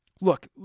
Look